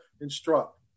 instruct